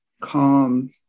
calm